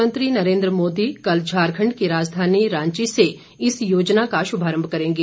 प्रधानमंत्री नरेंद्र मोदी कल झारखंड की राजधानी रांची से इस योजना का शुभारम्भ करेंगे